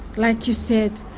like you said,